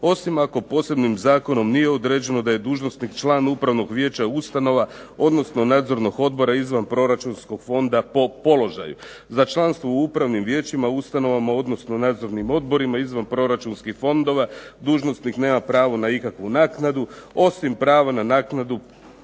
osim ako posebnim zakonom nije određeno da je dužnosnik član upravnog vijeća ustanova, odnosno nadzornog odbora izvan proračunskog fonda po položaju. Za članstvo u upravnim vijećima, ustanovama, odnosno nadzornim odborima izvanproračunskih fondova dužnosnik nema pravo na ikakvu naknadu osim prava na naknadu